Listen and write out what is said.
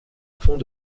fond